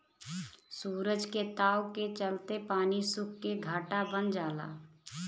सूरज के ताव के चलते पानी सुख के घाटा बन जाला